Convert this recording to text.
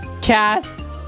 cast